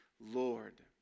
Lord